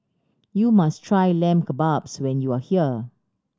you must try Lamb Kebabs when you are here